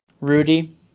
Rudy